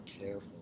careful